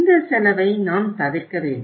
இந்த செலவை நாம் தவிர்க்க வேண்டும்